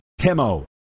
Timo